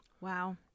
Wow